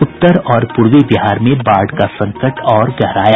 उत्तर और पूर्वी बिहार में बाढ़ का संकट और गहराया